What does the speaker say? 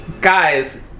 guys